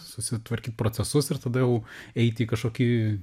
susitvarkyt procesus ir tada jau eit į kažkokį